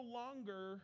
longer